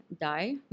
die